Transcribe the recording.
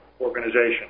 organization